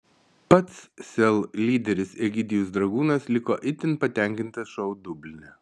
pats sel lyderis egidijus dragūnas liko itin patenkintas šou dubline